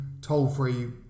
toll-free